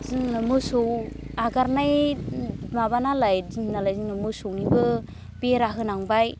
जोंनो मोसौ हगारनाय माबानालाय दिन नालाय मोसौनिबो बेरा होनांबाय